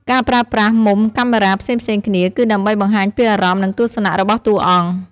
ការប្រើប្រាស់មុំកាមេរ៉ាផ្សេងៗគ្នា គឺដើម្បីបង្ហាញពីអារម្មណ៍ និងទស្សនៈរបស់តួអង្គ។